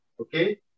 okay